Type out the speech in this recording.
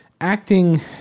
acting